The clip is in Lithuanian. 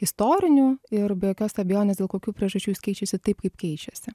istorinių ir be jokios abejonės dėl kokių priežasčių jis keičiasi taip kaip keičiasi